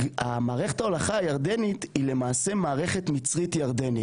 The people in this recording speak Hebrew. מערכת ההולכה הירדנית היא למעשה מערכת מצרית-ירדנית.